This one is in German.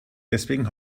deswegen